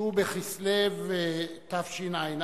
ט"ו בכסלו תשע"א,